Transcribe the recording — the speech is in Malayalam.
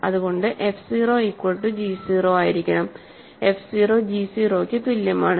അതുകൊണ്ട് f 0 ഈക്വൽ റ്റു g 0 ആയിരിക്കണം f 0 g 0ക്ക് തുല്യമാണ്